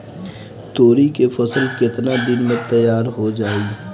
तोरी के फसल केतना दिन में तैयार हो जाई?